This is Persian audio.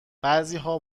بعضیها